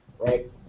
Right